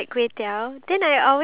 iya